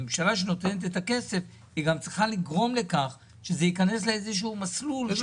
שנותנת את הכסף צריכה לגרום לכך שזה ייכנס לאיזה שהוא מסלול.